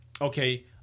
okay